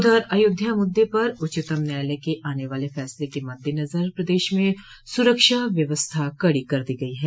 उधर अयोध्या मुद्दे पर उच्चतम न्यायालय के आने वाले फैसले के मद्दे नजर प्रदेश में सुरक्षा व्यवस्था कड़ी कर दी गई है